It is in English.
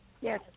Yes